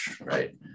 right